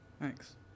Thanks